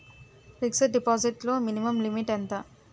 Fixed deposit లో minimum limit ఎంత?